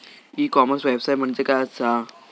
E commerce व्यवसाय म्हणजे काय असा?